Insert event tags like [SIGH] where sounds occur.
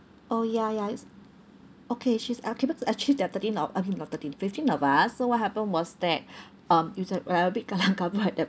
oh ya ya it's okay she is uh capa~ actually there are thirteen of I mean not thirteen fifteen of us so what happened was that [BREATH] um it's like where I'm a bit kelam kabut [LAUGHS] at that